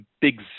big